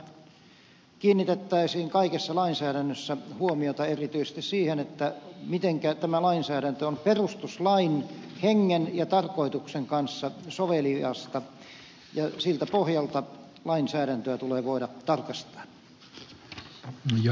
toivon että meillä kiinnitettäisiin kaikessa lainsäädännössä huomiota erityisesti siihen mitenkä tämä lainsäädäntö on perustuslain hengen ja tarkoituksen kanssa soveliasta ja siltä pohjalta lainsäädäntöä tulee voida tarkastaa